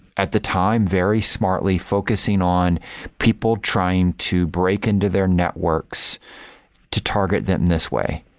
at the time very smartly focusing on people trying to break into their networks to target that in this way.